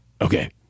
Okay